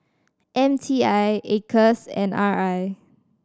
M T I Acres and R I